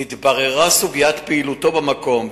נתבררה סוגיית פעילותו במקום,